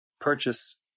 purchase